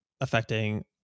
affecting